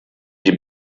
die